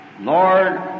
Lord